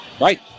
Right